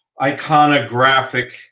iconographic